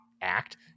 act